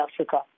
Africa